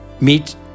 meet